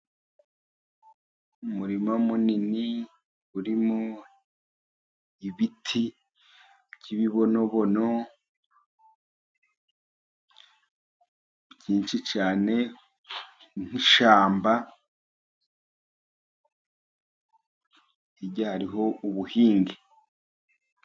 Umurima munini urimo ibiti by'ibibonobono, byinshi cyane, nk'ishyamba, hirya hariho ubuhinge.